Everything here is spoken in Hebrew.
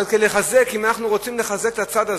אבל כדי לחזק, אם אנחנו רוצים לחזק את הצד הזה,